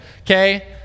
Okay